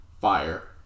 fire